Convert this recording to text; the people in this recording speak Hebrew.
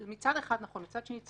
מצד אחד זה נכון, מצד שני זה